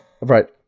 Right